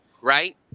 Right